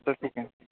sir ठीक आहे